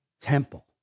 temple